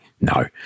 No